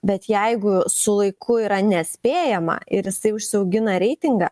bet jeigu su laiku yra nespėjama ir jisai užsiaugina reitingą